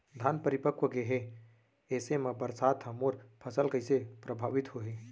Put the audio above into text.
धान परिपक्व गेहे ऐसे म बरसात ह मोर फसल कइसे प्रभावित होही?